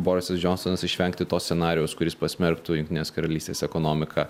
borisas džonsonas išvengti to scenarijaus kuris pasmerktų jungtinės karalystės ekonomiką